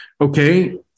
Okay